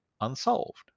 unsolved